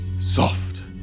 Soft